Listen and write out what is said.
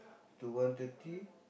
to one thirty